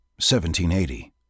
1780